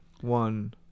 one